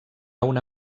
una